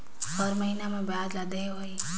हर महीना मा ब्याज ला देहे होही?